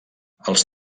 els